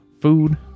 food